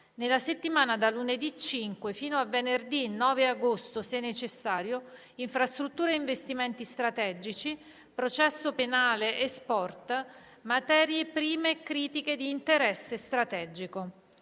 Nella settimana da lunedì 5 fino a venerdì 9 agosto, se necessario: infrastrutture e investimenti strategici; processo penale e sport; materie prime critiche di interesse strategico.